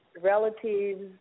relatives